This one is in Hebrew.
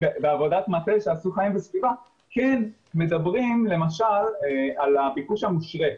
בעבודת מטה שעשו 'חיים וסביבה' כן מדברים למשל על הביקוש המושרה,